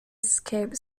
escaped